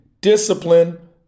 Discipline